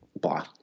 blah